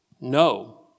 no